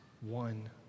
one